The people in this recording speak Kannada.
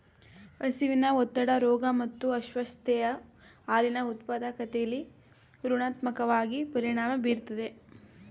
ಹಸಿವಿನ ಒತ್ತಡ ರೋಗ ಮತ್ತು ಅಸ್ವಸ್ಥತೆಯು ಹಾಲಿನ ಉತ್ಪಾದಕತೆಲಿ ಋಣಾತ್ಮಕವಾಗಿ ಪರಿಣಾಮ ಬೀರ್ತದೆ